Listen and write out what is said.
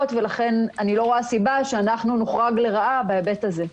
ולכן אני לא רואה סיבה שאנחנו נוחרג לרעה בהיבט הזה.